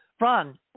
Ron